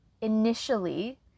initially